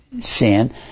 sin